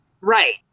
Right